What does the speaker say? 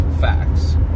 facts